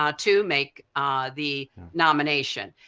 um to make the nomination,